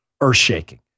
earth-shaking